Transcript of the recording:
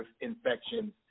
infections